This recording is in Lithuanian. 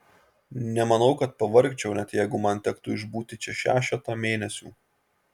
nemanau kad pavargčiau net jeigu man tektų išbūti čia šešetą mėnesių